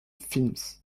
films